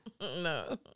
No